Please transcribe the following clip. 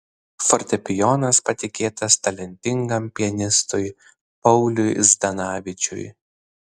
fortepijonas patikėtas talentingam pianistui pauliui zdanavičiui